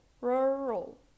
rural